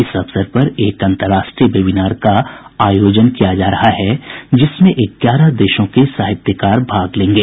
इस अवसर पर एक अंतर्राष्ट्रीय वेबिनार का आयोजन किया जा रहा है जिसमें ग्यारह देशों के साहित्यकार भाग लेंगे